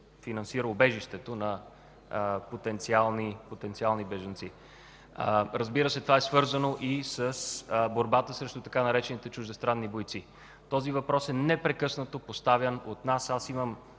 финансира убежището на потенциални бежанци. Разбира се, това е свързано и с борбата срещу така наречените „чуждестранни бойци”. Този въпрос е непрекъснато поставян от нас. Аз имам